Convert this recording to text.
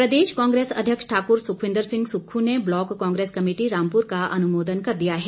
कार्यकारिणी प्रदेश कांग्रेस अध्यक्ष ठाकुर सुखविन्द्र सिंह सुक्खू ने ब्लॉक कांग्रेस कमेटी रामपुर का अनुमोदन कर दिया है